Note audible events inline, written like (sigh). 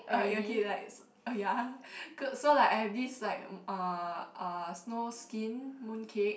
uh okay like so ya (noise) so I have this like uh snow skin mooncake